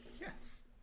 Yes